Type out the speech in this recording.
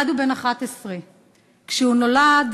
אלעד הוא בן 11. כשהוא נולד,